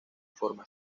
forma